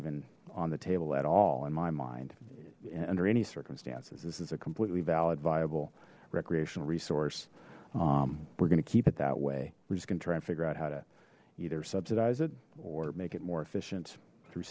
even on the table at all in my mind under any circumstances this is a completely valid viable recreational resource we're going to keep it that way we're just going to try and figure out how to either subsidize it or make it more efficient through